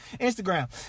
Instagram